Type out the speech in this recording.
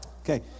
Okay